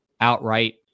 Outright